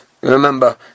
Remember